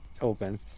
open